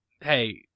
hey